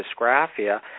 dysgraphia